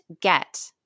get